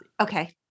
Okay